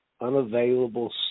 unavailable